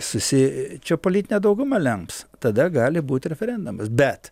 susi čia politinė dauguma lems tada gali būti referendumas bet